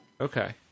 Okay